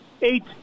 eight